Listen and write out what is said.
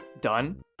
Done